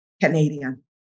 Canadian